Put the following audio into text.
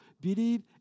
believe